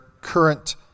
current